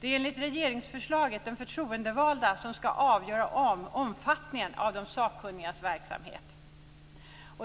Det är enligt regeringsförslaget de förtroendevalda som skall avgöra omfattningen av de sakkunnigas verksamhet.